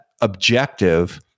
objective